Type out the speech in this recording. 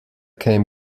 came